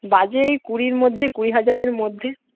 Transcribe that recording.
budget ওই কুড়ির মধ্যে কুড়ি হাজারের মধ্যে